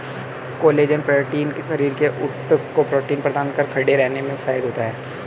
collagen protein शरीर के ऊतक को प्रोटीन प्रदान कर खड़े रहने में सहायक होता है